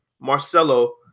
Marcelo